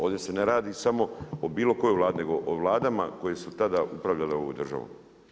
Ovdje se ne radi samo o bilo kojoj Vladi, nego o vladama koje su tada upravljale ovom državom.